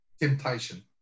temptation